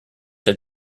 had